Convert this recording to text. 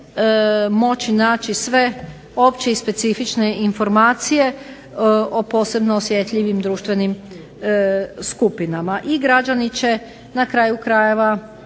moći naći sve opće i specifične informacije o posebno osjetljivim društvenim skupinama. I građani će na kraju krajeva